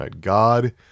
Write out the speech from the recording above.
God